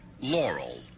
Laurel